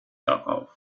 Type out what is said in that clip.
darauf